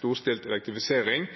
storstilt elektrifisering